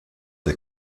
der